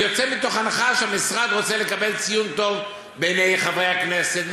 אני יוצא מתוך הנחה שהמשרד רוצה לקבל ציון טוב בעיני חברי הכנסת,